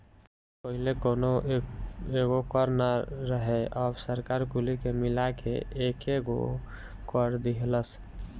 पहिले कौनो एगो कर ना रहे अब सरकार कुली के मिला के एकेगो कर दीहलस